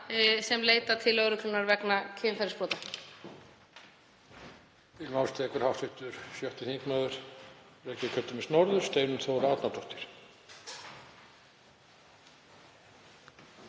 sem leita til lögreglunnar vegna kynferðisbrota.